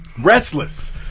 Restless